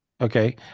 Okay